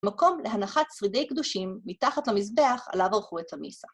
מקום להנחת שרידי קדושים מתחת למזבח עליו ערכו את המיסה.